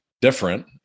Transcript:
different